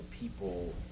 people